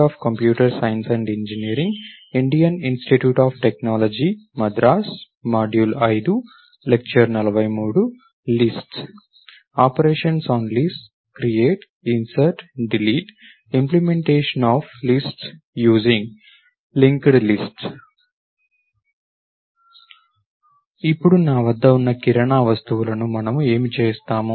operations on lists create insert delete implementation of lists using linked lists ఇప్పుడు నా వద్ద ఉన్న కిరాణా వస్తువులను మనము ఏమి చేస్తాము